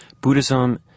Buddhism